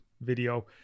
video